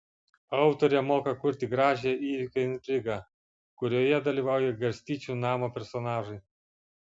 autorė moka kurti gražią įvykio intrigą kurioje dalyvauja garstyčių namo personažai